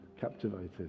captivated